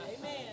Amen